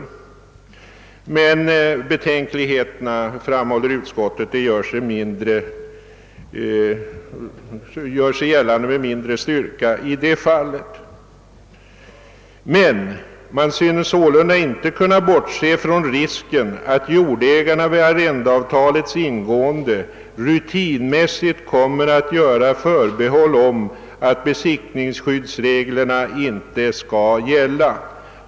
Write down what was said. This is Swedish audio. Men betänkligheterna, framhåller utskottet, gör sig gällande med mindre styrka i det sistnämnda fallet. »Man synes sålunda inte kunna bortse från risken att jordägarna vid arrendeavtalens ingående rutinmässigt kommer att göra förbehåll om att besittningsskyddsreglerna inte skall gälla.